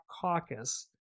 Caucus